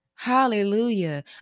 Hallelujah